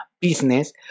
business